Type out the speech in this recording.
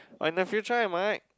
or in the future I might